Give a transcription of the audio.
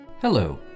Hello